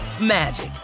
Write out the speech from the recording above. magic